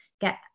get